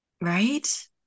Right